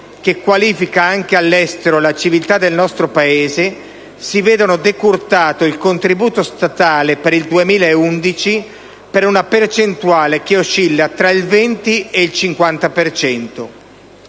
che qualifica anche all'estero la civiltà del nostro Paese, si vedono decurtato il contributo statale per il 2011 per una percentuale che oscilla tra il 20 e il 50